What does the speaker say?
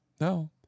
no